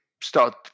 start